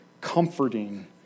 comforting